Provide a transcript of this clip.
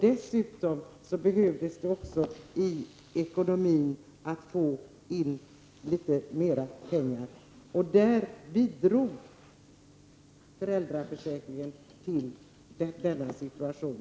Dessutom behövde ekonomin få in litet mera pengar. Föräldraförsäkringen bidrog också till denna situation.